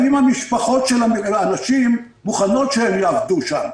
האם המשפחות של האנשים מוכנות שהם יעבדו שם?